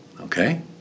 okay